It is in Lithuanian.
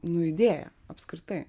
nu idėja apskritai